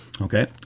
Okay